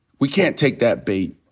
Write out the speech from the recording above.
we can't take that bait.